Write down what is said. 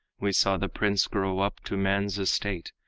we saw the prince grow up to man's estate,